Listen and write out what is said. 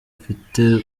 mfite